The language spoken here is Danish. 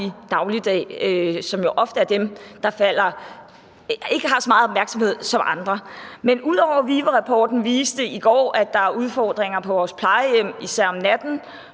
dagligdag, da det jo ofte er dem, der ikke får så meget opmærksomhed som andre. Men ud over at VIVE-rapporten i går viste, at der er udfordringer på vores plejehjem, især om natten,